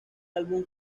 álbum